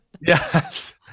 yes